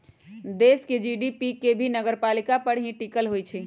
देश के जी.डी.पी भी नगरपालिका पर ही टिकल होई छई